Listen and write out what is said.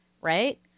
Right